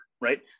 right